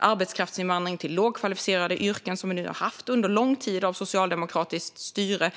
arbetskraftsinvandring till lågkvalificerade yrkan som vi har haft under lång tid av socialdemokratiskt styre.